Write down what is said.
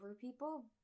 people